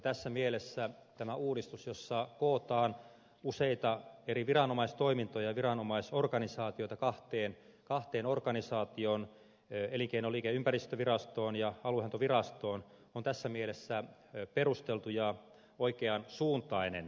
tässä mielessä tämä uudistus jossa kootaan useita eri viranomaistoimintoja ja viranomaisorganisaatioita kahteen organisaatioon elinkeino liikenne ja ympäristövirastoon ja aluehallintovirastoon on tässä mielessä perusteltu ja oikean suuntainen